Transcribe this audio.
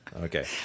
Okay